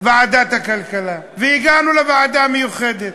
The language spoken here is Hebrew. ועדת הכלכלה, והגענו לוועדה המיוחדת.